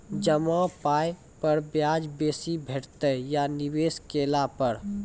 जमा पाय पर ब्याज बेसी भेटतै या निवेश केला पर?